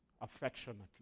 affectionately